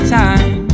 time